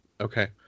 okay